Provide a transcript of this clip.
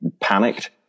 panicked